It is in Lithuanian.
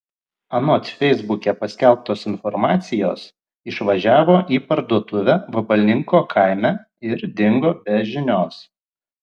anot feisbuke paskelbtos informacijos išvažiavo į parduotuvę vabalninko kaime ir dingo be žinios